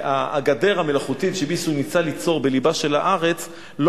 הגדר המלאכותית שמישהו ניסה ליצור בלבה של הארץ לא